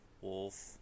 Wolf